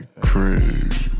crazy